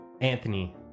Anthony